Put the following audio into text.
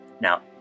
Now